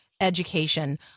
education